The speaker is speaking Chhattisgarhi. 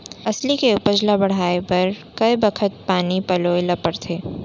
अलसी के उपज ला बढ़ए बर कय बखत पानी पलोय ल पड़थे?